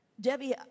Debbie